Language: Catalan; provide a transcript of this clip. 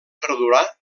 perdurar